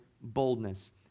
boldness